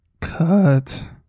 cut